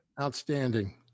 outstanding